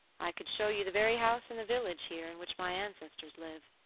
i could show you the very house in the village here, in which my ancestors lived.